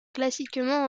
classiquement